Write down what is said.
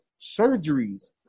surgeries